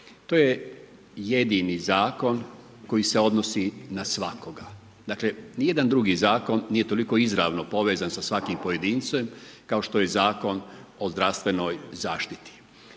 To je jedini Zakon koji se odnosi na svakoga. Dakle, ni jedan drugi zakon nije toliko izravno povezan sa svakim pojedincem kao što je Zakon o zdravstvenoj zaštiti.